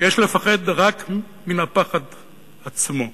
"יש לפחד רק מן הפחד עצמו.